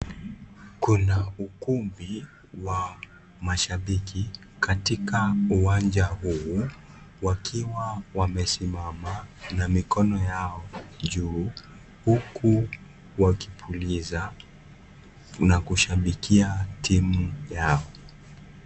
Kuna ukumbi wa mashabiki katika uwanja huu wakiwa wamesimama na mikono yao juu, huku wakipuliza na kushabikia timu yao.